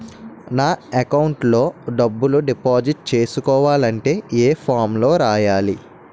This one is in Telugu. నా అకౌంట్ లో డబ్బులు డిపాజిట్ చేసుకోవాలంటే ఏ ఫామ్ లో రాయాలి?